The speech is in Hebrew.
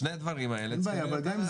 אנחנו נעשה